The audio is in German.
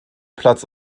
platz